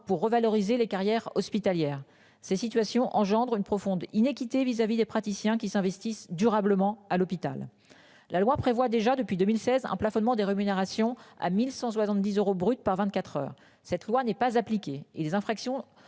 pour revaloriser les carrières hospitalières, ces situations engendrent une profonde iniquité vis-à-vis des praticiens qui s'investissent durablement à l'hôpital. La loi prévoit déjà depuis 2016 un plafonnement des rémunérations à 1170 euros brut par 24h. Cette loi n'est pas appliquée et les infractions